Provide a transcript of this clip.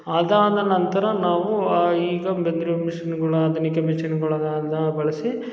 ಅದಾದ ನಂತರ ನಾವು ಈಗ ಬಂದಿರೊ ಮಿಷನ್ಗಳು ಆಧುನಿಕ ಮಿಷಿನ್ಗಳು ಬಳಸಿ